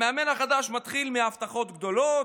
המאמן החדש מתחיל מהבטחות גדולות,